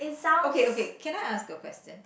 okay okay can I ask a question